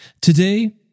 Today